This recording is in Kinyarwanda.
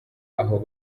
aho